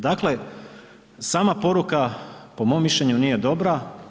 Dakle, sama poruka po mom mišljenju nije dobra.